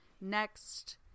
next